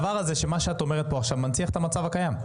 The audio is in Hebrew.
מה שאת אומרת עכשיו מנציח את המצב הקיים.